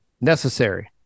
Necessary